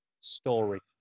story